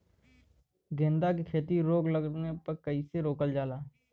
गेंदा की खेती में रोग लगने पर कैसे रोकल जाला?